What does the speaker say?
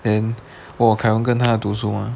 in 我凯文跟他读书 mah